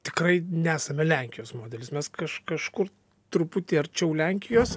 tikrai nesame lenkijos modelis mes kaž kažkur truputį arčiau lenkijos